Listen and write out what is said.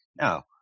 now